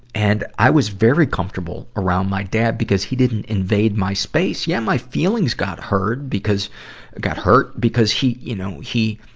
and i was very comfortable around my dad because he didn't invade my space. yeah, my feelings got heard, because got hurt because he, you know, he,